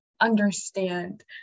understand